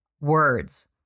words